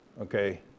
okay